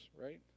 right